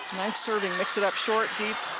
sort of mix it up short, deep.